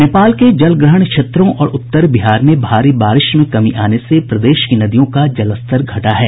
नेपाल के जलग्रहण क्षेत्रों और उत्तर बिहार में भारी बारिश में कमी आने से प्रदेश की नदियों का जलस्तर घटा है